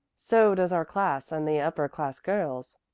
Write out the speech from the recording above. so does our class, and the upper class girls.